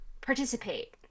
participate